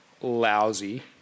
lousy